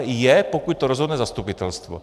Je, pokud to rozhodne zastupitelstvo.